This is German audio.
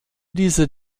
diese